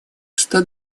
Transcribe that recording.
что